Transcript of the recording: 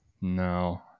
No